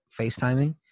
FaceTiming